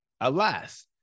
Alas